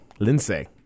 Lince